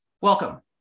welcome